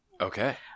Okay